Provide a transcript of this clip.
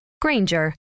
Granger